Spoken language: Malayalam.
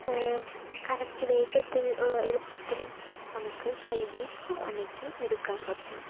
കറക്റ്റ് വേഗത്തിൽ എളുപ്പത്തിലും നമുക്ക് കഴുകി ഉണക്കി എടുക്കാൻ പറ്റും